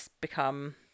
become